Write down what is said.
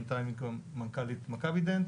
בינתיים היא כבר מנכ"לית מכבידנט,